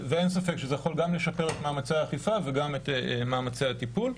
ואין ספק שזה יכול לשפר גם את מאמצי האכיפה וגם את מאמצי הטיפול.